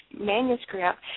manuscript